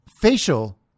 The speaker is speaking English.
facial